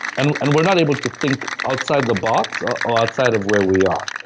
and and we're not able to think outside the box, or ah outside of where we are.